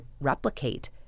replicate